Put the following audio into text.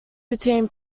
between